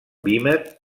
vímet